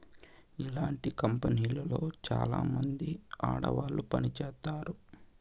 ఇలాంటి కంపెనీలో చాలామంది ఆడవాళ్లు పని చేత్తారు